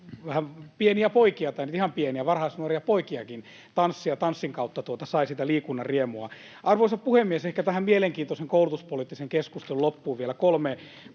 pieniä poikia, tai ei nyt ihan pieniä, varhaisnuoria poikiakin, tanssimassa, ja tanssin kautta sai sitä liikunnan riemua. Arvoisa puhemies! Ehkä tähän mielenkiintoisen koulutuspoliittisen keskustelun loppuun vielä kolme